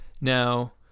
Now